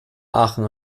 aachen